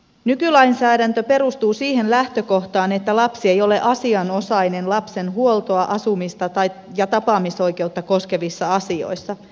nykylainsäädäntö perustuu siihen lähtökohtaan että lapsi ei ole asianosainen lapsen huoltoa asumista ja tapaamisoikeutta koskevissa asioissa